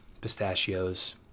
pistachios